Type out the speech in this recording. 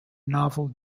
novel